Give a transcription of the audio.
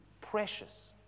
Precious